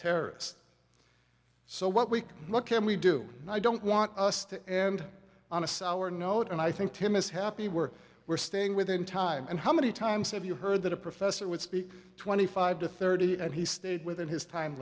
terrorists so what we can what can we do and i don't want us to end on a sour note and i think tim is happy we're we're staying within time and how many times have you heard that a professor would speak twenty five to thirty and he stayed within his time